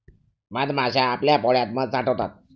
मधमाश्या आपल्या पोळ्यात मध साठवतात